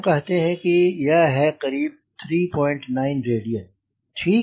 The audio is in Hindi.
हम कहते हैं यह है करीब 39 रेडियन ठीक